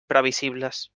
previsibles